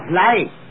life